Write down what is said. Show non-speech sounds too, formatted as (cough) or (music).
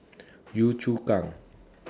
Yio Chu Kang (noise)